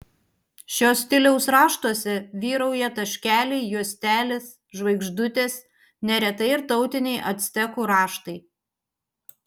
šio stiliaus raštuose vyrauja taškeliai juostelės žvaigždutės neretai ir tautiniai actekų raštai